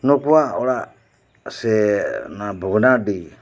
ᱱᱩᱠᱩᱣᱟᱜ ᱚᱲᱟᱜ ᱥᱮ ᱚᱱᱟ ᱵᱷᱚᱜᱱᱟᱰᱤ